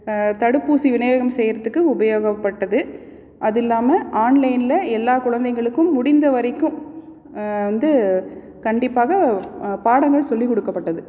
தடுப்பூசி விநியோகம் செய்கிறதுக்கு உபயோகப்பட்டது அது இல்லாமல் ஆன்லைனில் எல்லா குழந்தைகளுக்கும் முடிந்த வரைக்கும் வந்து கண்டிப்பாக பாடங்கள் சொல்லிக் கொடுக்கப்பட்டது